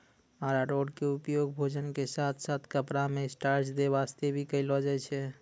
अरारोट के उपयोग भोजन के साथॅ साथॅ कपड़ा मॅ स्टार्च दै वास्तॅ भी करलो जाय छै